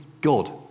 God